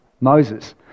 Moses